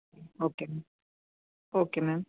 okay ma'am okay ma'am